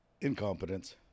Incompetence